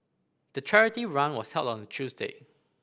the charity run was held on a Tuesday